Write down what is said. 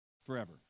forever